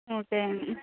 ம் சரிங்க